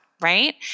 right